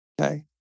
Okay